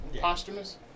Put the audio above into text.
Posthumous